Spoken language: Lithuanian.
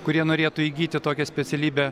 kurie norėtų įgyti tokią specialybę